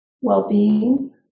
well-being